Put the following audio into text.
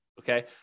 okay